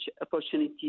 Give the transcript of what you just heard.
opportunities